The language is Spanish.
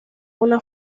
una